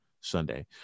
Sunday